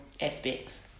aspects